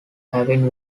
having